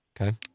Okay